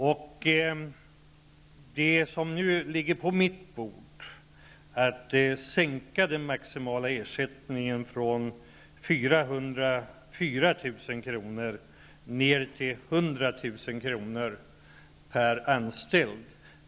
Det förslag som nu ligger på mitt bord, att sänka den maximala ersättningen från 404 000 kr. ner till Det är en åtgärd.